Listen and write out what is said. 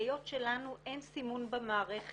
היות שלנו אין סימון במערכת,